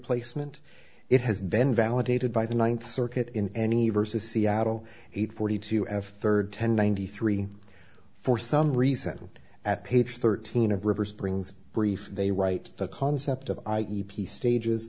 placement it has then validated by the ninth circuit in any resist seattle eight forty two f third ten ninety three for some reason at page thirteen of rivers brings brief they write the concept of i e p stages